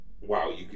wow